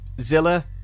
Zilla